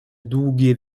długie